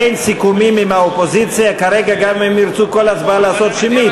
אין סיכומים עם האופוזיציה כרגע גם אם ירצו כל הצבעה לעשות שמית,